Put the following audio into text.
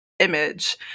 image